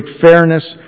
fairness